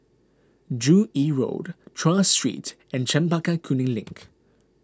Joo Yee Road Tras Street and Chempaka Kuning Link